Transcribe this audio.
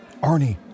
Arnie